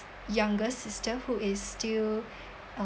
younger sister who is still um